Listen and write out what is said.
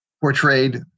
portrayed